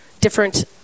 different